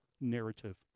narrative